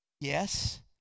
yes